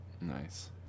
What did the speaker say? Nice